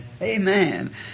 Amen